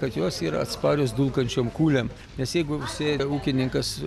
kad jos yra atsparios dulkančiom kūlėm nes jeigu sėja ūkininkas